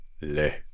Le